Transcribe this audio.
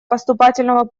поступательного